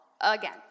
again